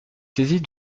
saisie